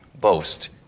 boast